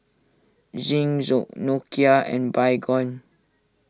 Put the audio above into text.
Zinc Nokia and Baygon